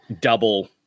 double